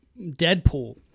Deadpool